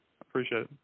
appreciate